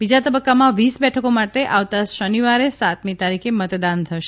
બીજા તબકકામાં વીસ બેઠકો માટે આવતા શનિવારે સાતમી તારીખે મતદાન થશે